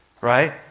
right